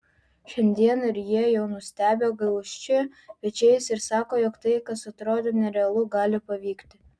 šiandien ir jie jau nustebę gūžčioja pečiais ir sako jog tai kas atrodė nerealu gali pavykti